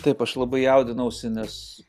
taip aš labai jaudinausi nes